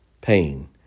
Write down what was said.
pain